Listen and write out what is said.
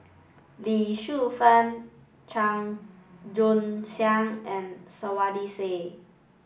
Lee Shu Fen Chua Joon Siang and Saiedah Said